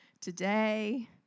today